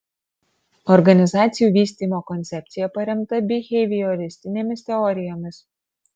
organizacijų vystymo koncepcija paremta bihevioristinėmis teorijomis